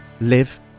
live